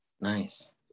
nice